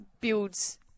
builds